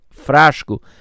Frasco